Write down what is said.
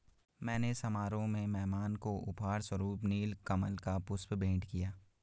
मैंने समारोह में मेहमान को उपहार स्वरुप नील कमल का पुष्प भेंट किया